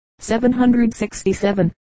767